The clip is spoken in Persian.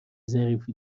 ظریفی